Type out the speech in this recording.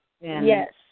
Yes